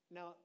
Now